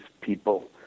people